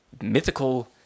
mythical